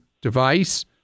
device